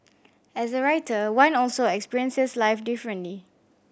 as a writer one also experiences life differently